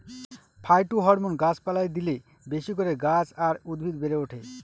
phytohormone গাছ পালায় দিলে বেশি করে গাছ আর উদ্ভিদ বেড়ে ওঠে